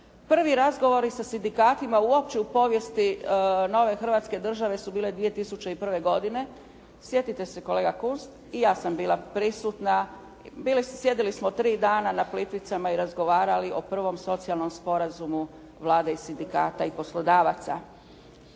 prvi razgovori sa sindikatima uopće u povijesti nove Hrvatske države su bile 2001. godine. Sjetite se kolega Kunst, i ja sam bila prisutna, sjedili smo tri dana na Plitvicama i razgovarali o prvom socijalnom sporazumu Vlade i sindikata i poslodavaca.